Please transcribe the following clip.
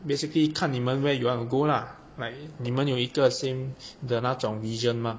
basically 看你们 where you want to go lah like 你们有一个 same 的那种 vision mah